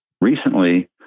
recently